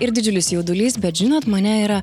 ir didžiulis jaudulys bet žinot mane yra